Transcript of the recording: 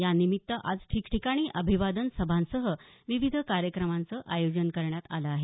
या निमित्त आज ठिकठिकाणी अभिवादन सभांसह विविध कार्यक्रमांचं आयोजन करण्यात आलं आहे